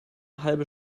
halbe